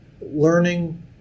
learning